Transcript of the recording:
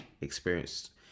experienced